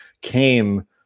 came